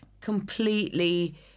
completely